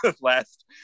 last